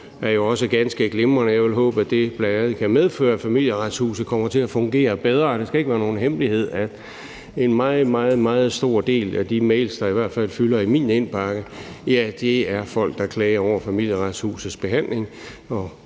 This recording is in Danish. det er jo også ganske glimrende. Jeg vil håbe, at det bl.a. kan medføre, at Familieretshuset kommer til at fungere bedre. Det skal ikke være nogen hemmelighed, at en meget, meget stor del af de mails, der i hvert fald fylder i min indbakke, kommer fra folk, der klager over Familieretshusets behandling